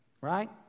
Right